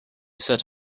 set